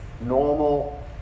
normal